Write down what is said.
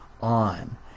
on